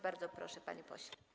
Bardzo proszę, panie pośle.